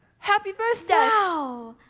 happy birthday! wow,